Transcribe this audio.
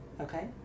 Okay